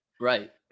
Right